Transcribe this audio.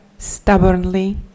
stubbornly